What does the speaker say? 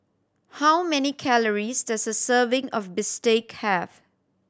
how many calories does a serving of bistake have